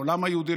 העולם היהודי,